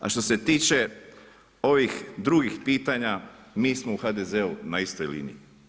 A što se tiče ovih drugih pitanja, mi smo u HDZ-u na istoj liniji.